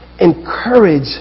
encourage